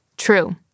True